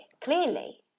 clearly